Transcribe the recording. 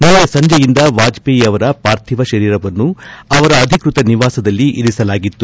ನಿನ್ನೆ ಸಂಜೆಯಿಂದ ವಾಜಪೇಯಿ ಅವರ ಪಾರ್ಥಿವ ಶರೀರವನ್ನು ಅವರ ಅಧಿಕೃತ ನಿವಾಸದಲ್ಲಿ ಇರಿಸಲಾಗಿತ್ತು